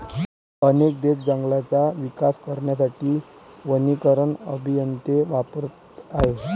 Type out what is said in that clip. अनेक देश जंगलांचा विकास करण्यासाठी वनीकरण अभियंते वापरत आहेत